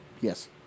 Yes